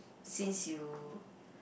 since you